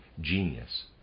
genius